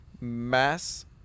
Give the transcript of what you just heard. mass